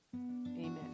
Amen